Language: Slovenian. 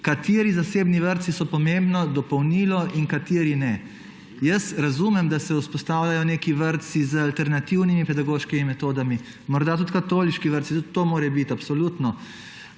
kateri zasebni vrtci so pomembno dopolnilo in kateri ne. Jaz razumem, da se vzpostavljajo neki vrtci z alternativnimi pedagoškimi metodami, morda tudi katoliški vrtci, tudi to mora biti, absolutno.